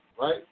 Right